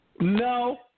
No